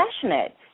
passionate